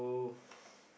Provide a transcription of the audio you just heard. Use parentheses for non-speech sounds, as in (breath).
(breath)